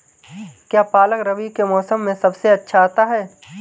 क्या पालक रबी के मौसम में सबसे अच्छा आता है?